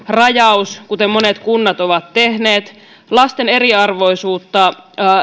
rajaus kuten monet kunnat ovat tehneet nämä lasten eriarvoisuutta